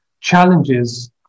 challenges